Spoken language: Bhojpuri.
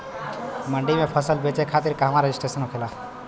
मंडी में फसल बेचे खातिर कहवा रजिस्ट्रेशन होखेला?